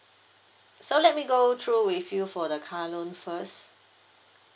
so let me go through with you for the car loan first